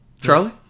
Charlie